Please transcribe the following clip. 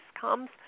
comes